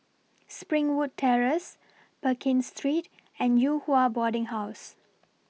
Springwood Terrace Pekin Street and Yew Hua Boarding House